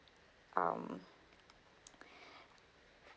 um